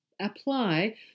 apply